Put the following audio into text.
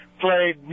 played